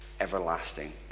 everlasting